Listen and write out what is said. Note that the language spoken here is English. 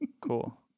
Cool